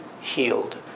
Healed